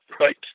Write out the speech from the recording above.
right